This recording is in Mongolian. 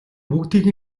бүгдийг